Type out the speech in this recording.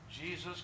Jesus